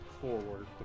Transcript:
forward